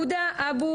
הודא אבו